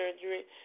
surgery